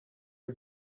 eut